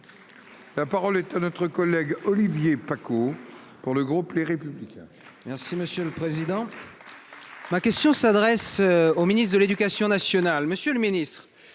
La parole est à notre collègue Olivier Paccaud pour le groupe Les Républicains. Merci monsieur le président. Ma question s'adresse au ministre de l'Éducation nationale, Monsieur le Ministre,